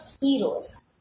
heroes